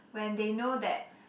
when they know that